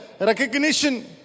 recognition